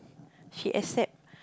she accept